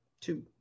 two